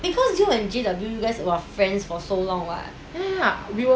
because you and J_W you guys are friends for so long [what]